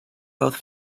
both